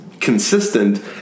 consistent